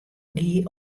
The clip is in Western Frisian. gie